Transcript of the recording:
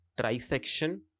trisection